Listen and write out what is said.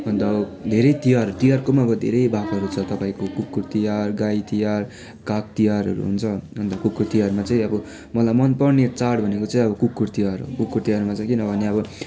अन्त अब धेरै तिहार तिहारको पनि अब धेरै भागहरू छ तपाईँको कुकुर तिहार गाई तिहार काग तिहारहरू हुन्छ अन्त कुकुर तिहारमा चाहिँ अब मलाई मनपर्ने चाड भनेको चाहिँ अब कुकुर तिहार हो कुकुर तिहारमा चाहिँ किनभने अब